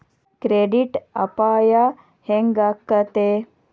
Credit ಅಪಾಯಾ ಹೆಂಗಾಕ್ಕತೇ?